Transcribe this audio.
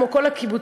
כמו כל הקיבוצים,